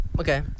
Okay